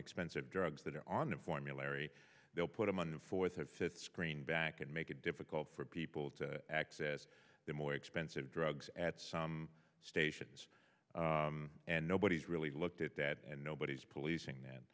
expensive drugs that are on a formulary they'll put them on fourth or fifth screen back and make it difficult for people to access the more expensive drugs at some stations and nobody's really looked at that and nobody's policing